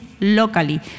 locally